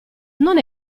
non